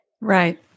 Right